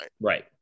Right